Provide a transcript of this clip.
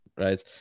Right